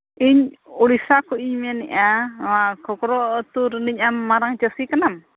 ᱤᱧ ᱩᱲᱤᱥᱥᱟ ᱠᱷᱚᱱᱤᱧ ᱢᱮᱱᱮᱫᱼᱟ ᱱᱚᱣᱟ ᱠᱷᱚᱠᱨᱚ ᱟᱛᱩ ᱨᱤᱱᱤᱡ ᱟᱢ ᱢᱟᱨᱟᱝ ᱪᱟᱹᱥᱤ ᱠᱟᱱᱟᱢ